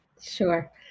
Sure